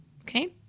Okay